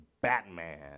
Batman